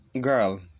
girl